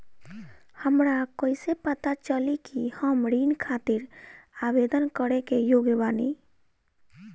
हमरा कईसे पता चली कि हम ऋण खातिर आवेदन करे के योग्य बानी?